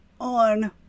on